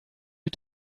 you